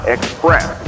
Express